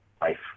life